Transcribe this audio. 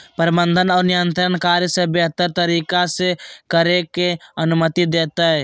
प्रबंधन और नियंत्रण कार्य के बेहतर तरीका से करे के अनुमति देतय